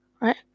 right